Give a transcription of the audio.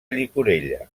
llicorella